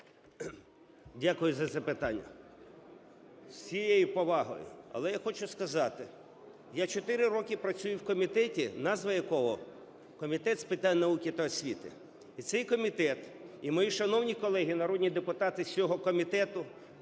Дякую за запитання. З усією повагою, але я хочу сказати, я 4 роки працюю в комітеті, назва якого Комітет з питань науки та освіти. І цей комітет, і мої шановні колеги народні депутати з цього комітету: